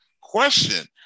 question